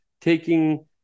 taking